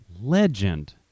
legend